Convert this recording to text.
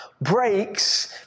breaks